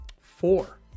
Four